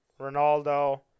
Ronaldo